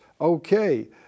okay